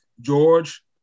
George